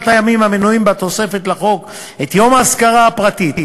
הימים המנויים בתוספת לחוק את יום האזכרה הפרטית,